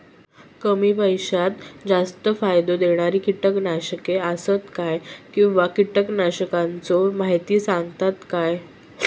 कमी पैशात जास्त फायदो दिणारी किटकनाशके आसत काय किंवा कीटकनाशकाचो माहिती सांगतात काय?